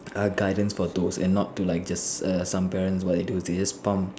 are guidance for those and not to like just err some parents what they do they just palm